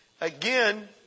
Again